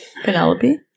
Penelope